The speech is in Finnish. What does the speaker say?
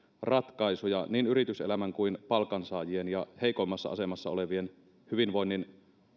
ratkaisuja niin yrityselämän kuin palkansaajien ja heikoimmassa asemassa olevien hyvinvoinnin